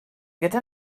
gyda